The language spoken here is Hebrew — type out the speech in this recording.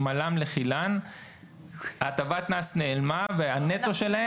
מל"מ לחיל"ן ההטבת מס נעלמה והנטו שלהם.